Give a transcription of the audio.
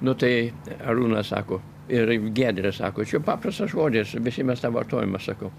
nu tai arūnas sako ir giedrė sako čia paprastas žodis visi mes tą vartojame sakau